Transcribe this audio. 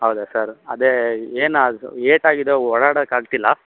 ಹೌದಾ ಸರ್ ಅದೇ ಏನಾಗ್ ಏಟಾಗಿದೆ ಓಡಾಡಕ್ಕಾಗ್ತಿಲ್ಲ